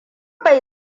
bai